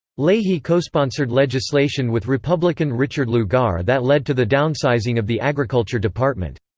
leahy cosponsored legislation with republican richard lugar that led to the downsizing of the agriculture department.